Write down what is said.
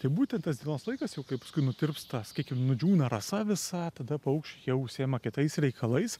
tai būtent tas laikas jau kai paskui nutirpsta sakykim nudžiūna rasa visa tada paukščiai jau užsiima kitais reikalais